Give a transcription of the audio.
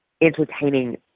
entertaining